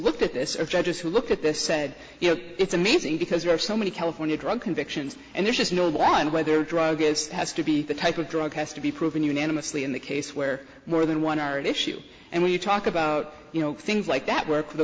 looked at this or judges who look at this said you know it's amazing because there are so many california drug convictions and there's just no one whether drug is has to be the type of drug has to be proven unanimously in the case where more than one are issue and when you talk about you know things like that work